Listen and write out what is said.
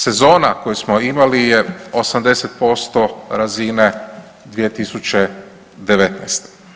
Sezona koju smo imali je 80% razine 2019.